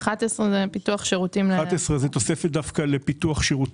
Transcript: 11 מיליון שקל זה תוספת לפיתוח שירותים.